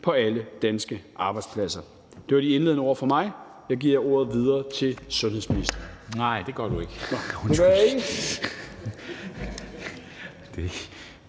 på alle danske arbejdspladser. Det var de indledende ord fra mig. Jeg giver ordet videre til sundhedsministeren.